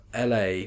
LA